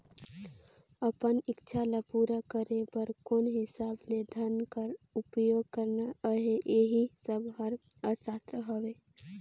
अपन इक्छा ल पूरा करे बर कोन हिसाब ले धन कर उपयोग करना अहे एही सब हर अर्थसास्त्र हवे